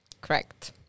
Correct